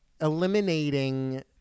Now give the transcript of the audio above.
eliminating